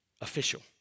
Official